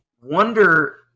wonder